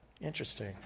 Interesting